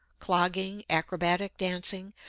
clogging, acrobatic dancing,